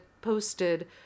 posted